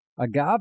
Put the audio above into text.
agave